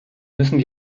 müssen